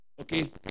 okay